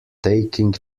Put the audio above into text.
taking